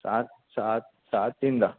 सात सात सात तिनदा